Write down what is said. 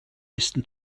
listen